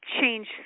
change